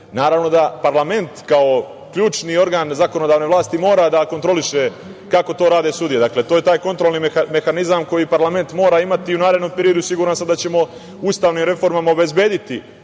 naravno da parlament kao ključni organ zakonodavne vlasti mora da kontroliše kako to rade sudije. To je taj kontrolni mehanizam koji parlament mora imati i u narednom periodu siguran sam da ćemo ustavnim reformama obezbediti